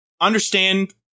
understand